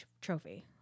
trophy